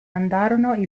andarono